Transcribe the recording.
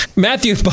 Matthew